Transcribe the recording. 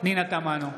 פנינה תמנו,